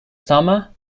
summer